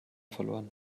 verloren